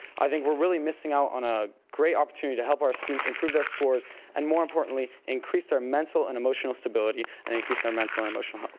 i think we're really missing out on a great opportunity to help our students improve their scores and more importantly, increase their mental and emotional stability and increase their mental and emotional health.